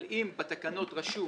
אבל אם בתקנות רשום